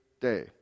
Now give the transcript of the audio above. day